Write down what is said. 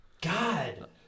God